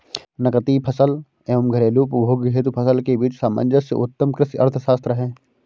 नकदी फसल एवं घरेलू उपभोग हेतु फसल के बीच सामंजस्य उत्तम कृषि अर्थशास्त्र है